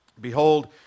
Behold